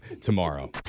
tomorrow